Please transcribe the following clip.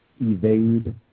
evade